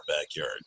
backyard